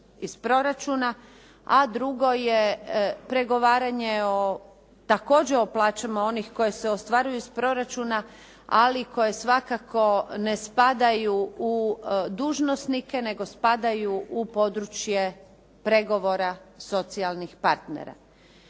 a drugo je pregovaranje o također o plaćama onih koji se ostvaruju iz proračuna, ali koje svakako ne spadaju u dužnosnike, nego spadaju u područje pregovora socijalnih partnera.